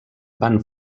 van